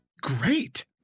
great